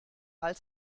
als